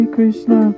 Krishna